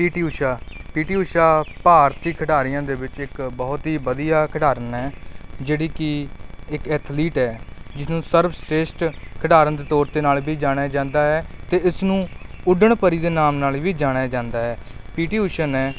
ਪੀ ਟੀ ਊਸ਼ਾ ਪੀ ਟੀ ਊਸ਼ਾ ਭਾਰਤੀ ਖਿਡਾਰੀਆਂ ਦੇ ਵਿੱਚ ਇੱਕ ਬਹੁਤ ਹੀ ਵਧੀਆ ਖਿਡਾਰਨ ਹੈ ਜਿਹੜੀ ਕਿ ਇੱਕ ਐਥਲੀਟ ਹੈ ਜਿਸਨੂੰ ਸਰਬ ਸ੍ਰੇਸ਼ਟ ਖਿਡਾਰਨ ਦੇ ਤੌਰ 'ਤੇ ਨਾਲ ਵੀ ਜਾਣਿਆ ਜਾਂਦਾ ਹੈ ਅਤੇ ਇਸ ਨੂੰ ਉਡਣ ਪਰੀ ਦੇ ਨਾਮ ਨਾਲ ਵੀ ਜਾਣਿਆ ਜਾਂਦਾ ਹੈ ਪੀ ਟੀ ਊਸ਼ਾ ਨੇ